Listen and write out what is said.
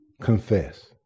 confess